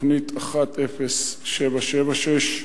תוכנית 10776,